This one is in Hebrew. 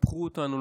קיפחו אותנו,